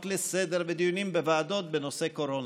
לסדר-היום ודיונים בוועדות בנושא הקורונה.